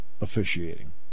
officiating